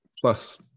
plus